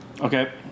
Okay